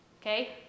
okay